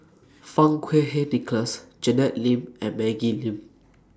Fang Kuo Wei Nicholas Janet Lim and Maggie Lim